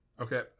Okay